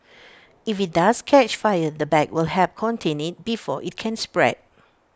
if IT does catch fire the bag will help contain IT before IT can spread